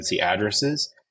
addresses